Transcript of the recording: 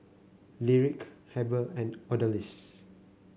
Lyric Heber and Odalys